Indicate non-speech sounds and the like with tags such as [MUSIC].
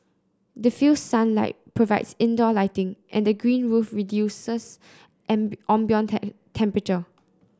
diffused sunlight provides indoor lighting and the green roof reduces [UNINTELLIGIBLE] ambient temperature